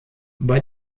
bei